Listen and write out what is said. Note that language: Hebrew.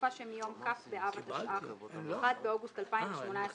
בתקופה שמיום כ' באב התשע"ח (1 באוגוסט 2018)